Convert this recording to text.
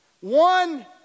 one